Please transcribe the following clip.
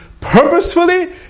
purposefully